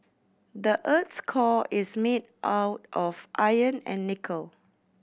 the earth's core is made all of iron and nickel